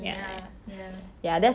ya vienna 真的很美